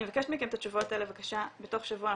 אני מבקשת את התשובות האלה בבקשה בתוך שבוע,